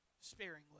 sparingly